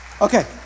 Okay